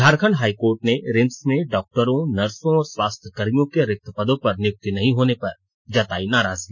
Jharkhand high court ने रिम्स में डॉक्टरों नर्सों और स्वास्थ्यकर्भियों के रिक्त पदों पर नियुक्ति नहीं होने पर जताई नाराजगी